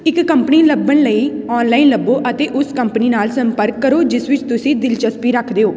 ਇੱਕ ਕੰਪਨੀ ਲੱਭਣ ਲਈ ਔਨਲਾਈਨ ਲੱਭੋ ਅਤੇ ਉਸ ਕੰਪਨੀ ਨਾਲ ਸੰਪਰਕ ਕਰੋ ਜਿਸ ਵਿੱਚ ਤੁਸੀਂ ਦਿਲਚਸਪੀ ਰੱਖਦੇ ਹੋ